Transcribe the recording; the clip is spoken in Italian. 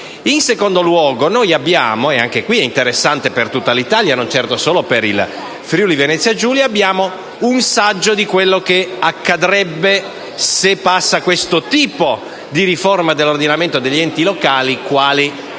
In secondo luogo, abbiamo - e anche questo è interessante per tutta l'Italia, non certo solo per il Friuli-Venezia Giulia - un assaggio di quello che accadrebbe se passasse questo tipo di riforma dell'ordinamento degli enti locali